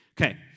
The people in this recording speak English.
Okay